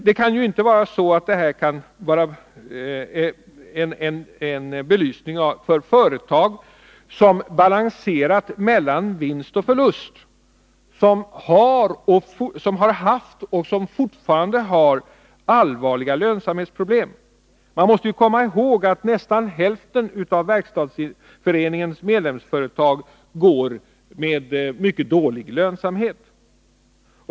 Det kan ju inte vara så att det här är en belysning av företag som balanserat mellan vinst och förlust, företag som har haft och fortfarande har allvarliga lönsamhetsproblem. Man måste komma ihåg att nästan hälften av Verkstadsföreningens medlemsföretag går med dålig lönsamhet.